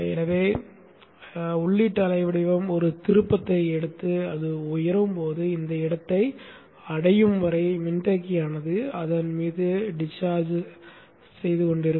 எனவே உள்ளீட்டு அலை வடிவம் ஒரு திருப்பத்தை எடுத்து அது உயரும் போது இந்த இடத்தை அடையும் வரை மின்தேக்கியானது அதன் மீது டிஸ்சார்ஜ் செய்யப்படுகிறது